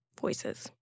voices